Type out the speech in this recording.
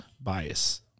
bias